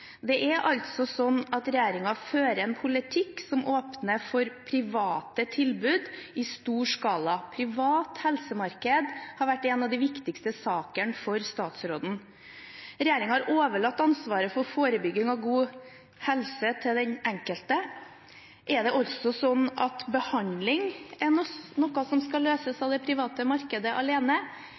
Det er altså sånn at regjeringen fører en politikk som åpner for private tilbud i stor skala. Et privat helsemarked har vært en av de viktigste sakene for statsråden. Regjeringen har overlatt ansvaret for forebygging av god helse til den enkelte. Er det også sånn at behandling er noe som skal løses av det private markedet alene,